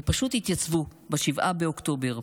ופשוט התייצבו ב-7 באוקטובר.